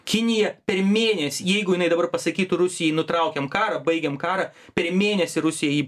kinija per mėnesį jeigu jinai dabar pasakytų rusijai nutraukiam karą baigiam karą per mėnesį rusija jį